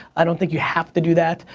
i don't think you have to do that.